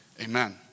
Amen